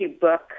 book